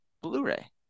Blu-ray